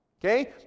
Okay